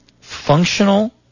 functional